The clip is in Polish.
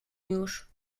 już